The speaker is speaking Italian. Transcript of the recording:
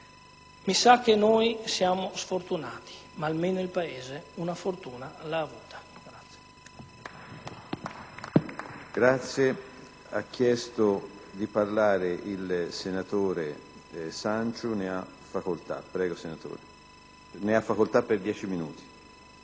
Mi sa che noi siamo sfortunati, ma almeno il Paese una fortuna l'ha avuta.